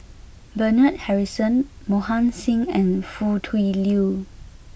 Bernard Harrison Mohan Singh and Foo Tui Liew